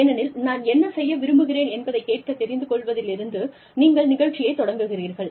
ஏனெனில் நான் என்ன செய்ய விரும்புகிறேன் என்பதை கேட்டுத் தெரிந்து கொள்வதிலிருந்து நீங்கள் நிகழ்ச்சியை தொடங்குகிறீர்கள்